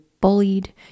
bullied